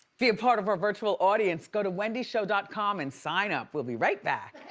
be part of our virtual audience, go to wendysshow dot com and sign up. we'll be right back.